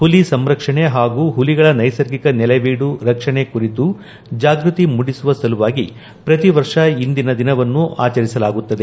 ಹುಲಿ ಸಂರಕ್ಷಣೆ ಹಾಗೂ ಹುಲಿಗಳ ನೈಸರ್ಗಿಕ ನೆಲೆವೀಡು ರಕ್ಷಣೆ ಕುರಿತು ಜಾಗೃತಿ ಮೂಡಿಸುವ ಸಲುವಾಗಿ ಪ್ರತಿವರ್ಷ ಇಂದಿನ ದಿನವನ್ನು ಆಚರಿಸಲಾಗುತ್ತದೆ